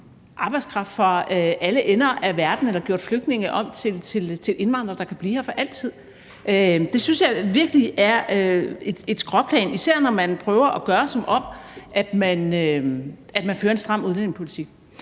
arbejdskraft fra alle ender af verden eller have gjort flygtninge om til indvandrere, der kan blive her for altid. Det synes jeg virkelig er et skråplan, især når man prøver at lade, som om man fører en stram udlændingepolitik.